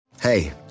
Hey